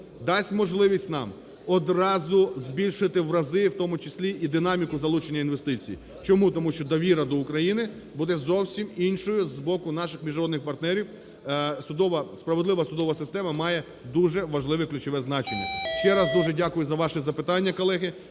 дасть можливість нам одразу збільшити в рази, в тому числі і динаміку залученні інвестицій. Чому? Тому що довіра до України буде зовсім іншою з боку наших міжнародних партнерів, справедливу судова система має дуже важливе ключове значення. Ще раз дуже дякую за ваші запитання, колеги.